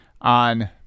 on